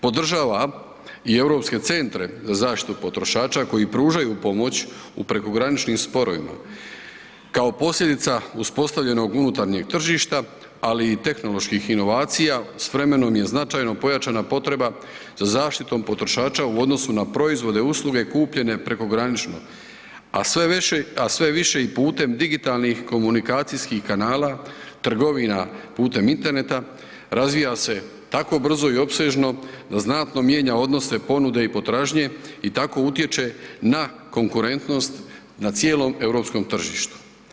Podržavam i Europske centre za zaštitu potrošača koji pružaju pomoć u prekograničnim sporovima kao posljedica uspostavljenog unutarnjeg tržišta, ali i tehnoloških inovacija s vremenom je značajno pojačana potreba za zaštitom potrošača u odnosu na proizvode, usluge kupljene prekogranično, a sve veći, a sve više i putem digitalnih komunikacijskih kanala, trgovina putem interneta razvija se tako brzo i opsežno da znatno mijenja odnose ponude i potražnje i tako utječe na konkurentnost na cijelom europskom tržištu.